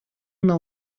nou